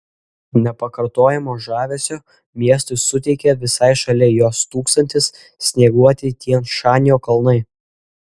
nepakartojamo žavesio miestui suteikia visai šalia jo stūksantys snieguoti tian šanio kalnai